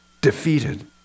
defeated